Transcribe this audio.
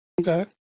Okay